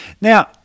Now